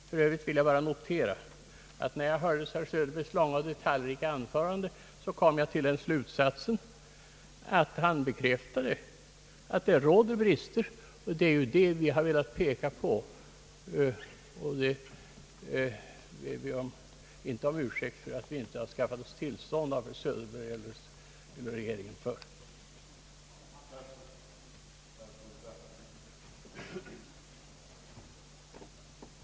För övrigt må bara noteras, att när jag hörde herr Söderbergs långa och detaljrika anförande, kom jag till den slut satsen att han bekräftade att det förekommer brister. Det är det vi i folkpartiet har velat peka på! Vi ber inte om ursäkt för att vi inte har skaffat oss tillstånd av herr Söderberg eller av regeringen att göra detta.